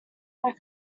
that